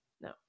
no